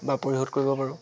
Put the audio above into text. বা পৰিশোধ কৰিব পাৰোঁ